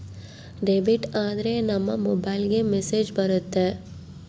debit ಆದ್ರೆ ನಮ್ ಮೊಬೈಲ್ಗೆ ಮೆಸ್ಸೇಜ್ ಬರುತ್ತೆ